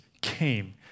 came